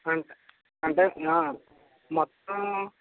అంటే మొత్తం